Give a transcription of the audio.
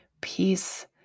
peace